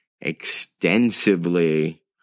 extensively